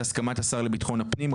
בהסכמת השר לביטחון הפנים,